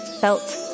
felt